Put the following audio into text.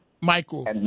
Michael